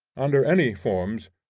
under any forms,